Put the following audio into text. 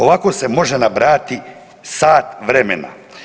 Ovako se može nabrajati sat vremena.